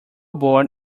born